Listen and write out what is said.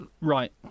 right